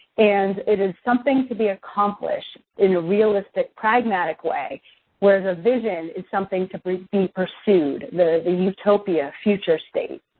and it is something to be accomplished in a realistic, pragmatic way where the vision is something to be pursued, the utopia, future state.